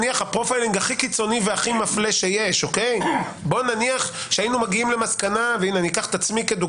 הפרופיילינג הכי קיצוני והכי מפלה שיש אקח עצמי כדוגמה